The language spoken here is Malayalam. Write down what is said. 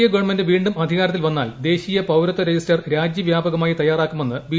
എ ഗവൺമെന്റ് വീണ്ടും അധികാരത്തിൽ വന്നാൽ ദേശീയ പൌരത്വ രജിസ്റ്റർ രാജ്യവ്യാപകമായി തയ്യാറാക്കുമെന്ന് ബി